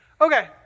Okay